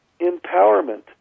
empowerment